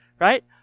Right